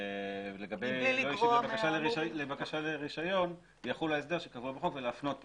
שלגבי בקשה לרישיון יחול ההסדר שקבוע בחוק ולהפנות לשם.